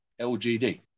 LGD